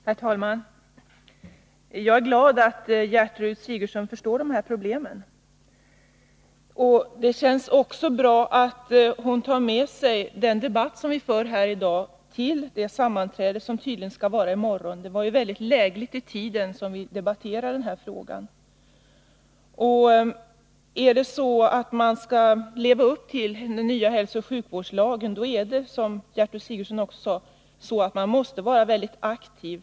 Herr talman! Jag är glad att Gertrud Sigurdsen förstår de här problemen. Det känns också bra att hon tar med sig intrycken från den debatt vi för här i dag till det sammanträde som tydligen skall äga rum i morgon; den här debatten kom ju mycket lägligt i tiden. Skall man leva upp till stadgandena i den nya hälsooch sjukvårdslagen måste man, som Gertrud Sigurdsen också sade, vara mycket aktiv.